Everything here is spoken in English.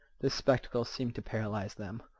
this spectacle seemed to paralyze them,